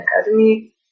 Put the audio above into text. academy